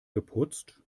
geputzt